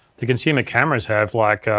the consumer cameras have, like,